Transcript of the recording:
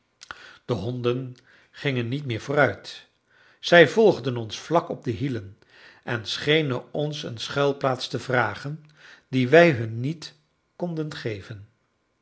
de honden gingen niet meer vooruit zij volgden ons vlak op de hielen en schenen ons een schuilplaats te vragen die wij hun niet konden geven